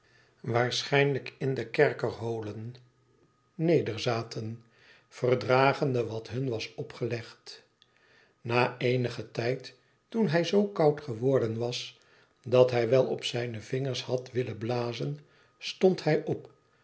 waarschijnlijk in de kerkerholen nederzaten verdragende wat hun was opgelegd na eenigen tijd toen hij zoo koud geworden was dat hij wel op zijne vingers had willen blazen stond hij op